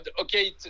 okay